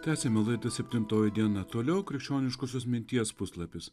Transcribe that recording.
tęsiame laidą septintoji diena toliau krikščioniškosios minties puslapis